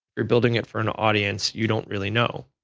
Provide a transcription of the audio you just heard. you're building it for an audience you don't really know.